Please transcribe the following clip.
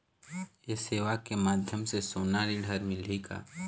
ये सेवा के माध्यम से सोना ऋण हर मिलही का?